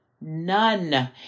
none